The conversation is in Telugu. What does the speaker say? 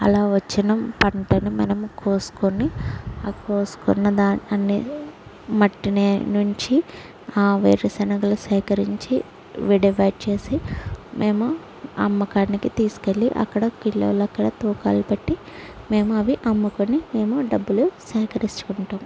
అలా వచ్చిన పంటను మనము కోసుకొని ఆ కోసుకున్న దాన్ అన్ని మట్టినే నుంచి ఆ వేరుశనగలు సేకరించి విడిగా చేసి మేము అమ్మకానికి తీసుకెళ్ళి అక్కడ కిలోల అక్కడ తూకాలు పెట్టి మేము అవి అమ్ముకొని మేము డబ్బులు సేకరించుకుంటాం